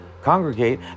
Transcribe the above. congregate